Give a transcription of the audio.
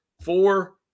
four